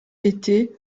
été